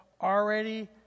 already